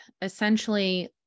essentially